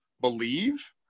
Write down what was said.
believe